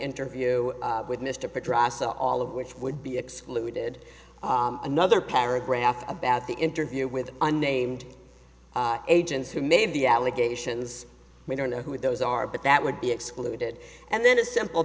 interview with mr petrofsky all of which would be excluded another paragraph about the interview with unnamed agents who made the allegations we don't know who those are but that would be excluded and then a simple